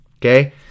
Okay